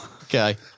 Okay